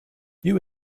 you